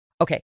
Okay